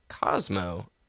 Cosmo